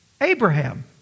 Abraham